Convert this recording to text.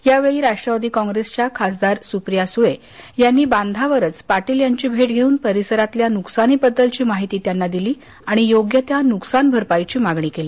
यावेळी राष्ट्रवादी काँग्रेसच्या खासदार सुप्रिया सुळे यांनी बांधावरच पाटील यांची भेट घेऊन परिसरातल्या नुकसानीबद्दलची माहिती त्यांना दिली आणि योग्य त्या नुकसान भरपाईची मागणी केली